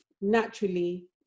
naturally